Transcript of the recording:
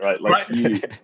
right